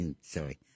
sorry